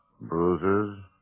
bruises